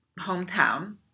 hometown